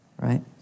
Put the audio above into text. right